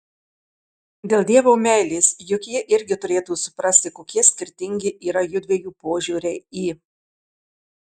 dėl dievo meilės juk ji irgi turėtų suprasti kokie skirtingi yra jųdviejų požiūriai į